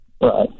Right